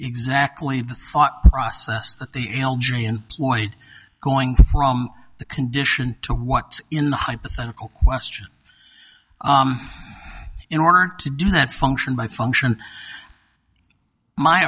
exactly the thought process that the l j employed going to the condition to what in the hypothetical question in order to do that function by function my